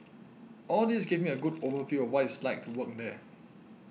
all this gave me a good overview of what it's like to work there